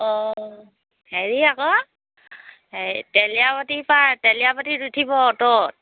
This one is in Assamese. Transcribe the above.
অঁ হেৰি আকৌ তেলীয়াপতিৰপৰা তেলীয়াপতিত উঠিব অ'টোত